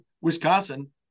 Wisconsin